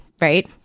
right